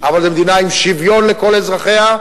אבל זאת מדינה עם שוויון לכל אזרחיה.